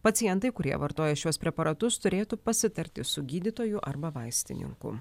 pacientai kurie vartoja šiuos preparatus turėtų pasitarti su gydytoju arba vaistininku